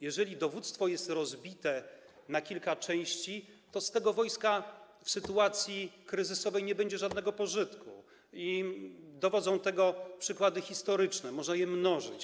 Jeżeli dowództwo jest rozbite na kilka części, to z tego wojska w sytuacji kryzysowej nie będzie żadnego pożytku i dowodzą tego przykłady historyczne, można je mnożyć.